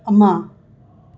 ꯑꯃ